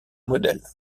modèle